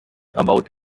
about